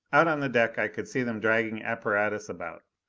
out on the deck i could see them dragging apparatus about,